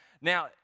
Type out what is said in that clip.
Now